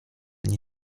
nie